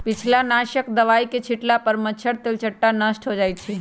पिलुआ नाशक दवाई के छिट्ला पर मच्छर, तेलट्टा नष्ट हो जाइ छइ